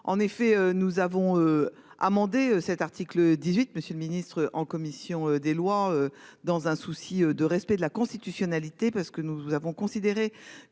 En effet nous avons. Amendé cet article 18. Monsieur le Ministre, en commission des lois dans un souci de respect de la constitutionnalité, parce que nous avons considéré